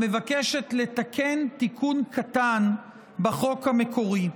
המבקשת לתקן תיקון קטן בחוק המקורי.